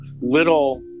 little